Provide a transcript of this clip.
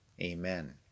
Amen